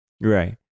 Right